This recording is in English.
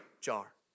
jar